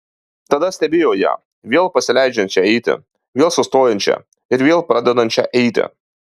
tada stebėjo ją vėl pasileidžiančią eiti vėl sustojančią ir vėl pradedančią eiti